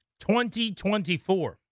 2024